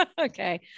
Okay